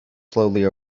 slowly